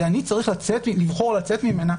ואני צריך לבחור לצאת ממנה,